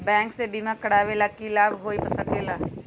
Bank से बिमा करावे से की लाभ होई सकेला?